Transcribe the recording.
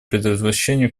предотвращению